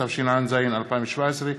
התשע"ז 2017,